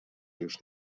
już